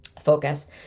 focus